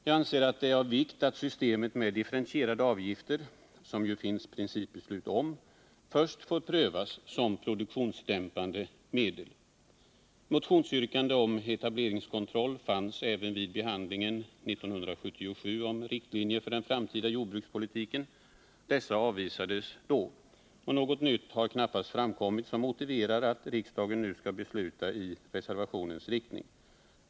Jag anser att det är av vikt att systemet med differentierade avgifter, som det ju finns principbeslut om, först får prövas som produktionsdämpande medel. Motionsyrkanden om etableringskontroll fanns med även vid behandlingen 1977 av riktlinjer för den framtida jordbrukspolitiken. Dessa yrkanden avvisades då. Något nytt har knappast framkommit som motiverar att riksdagen nu skall besluta i reservationens riktning.